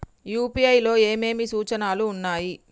UPI లో ఏమేమి సూచనలు ఉన్నాయి?